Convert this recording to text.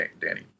Danny